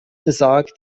besagt